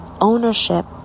ownership